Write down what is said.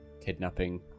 kidnapping